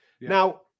Now